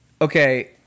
Okay